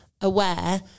aware